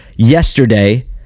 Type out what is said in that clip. Yesterday